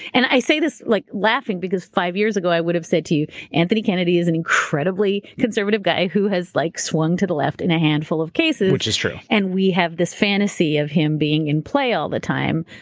and i say this like laughing because five years ago i would've said to you, anthony kennedy is an incredibly conservative guy who has like swung to the left in a handful of cases. which is true. and we have this fantasy of him being in play all the time.